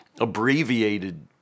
abbreviated